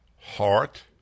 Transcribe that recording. heart